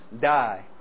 die